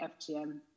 FGM